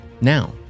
Now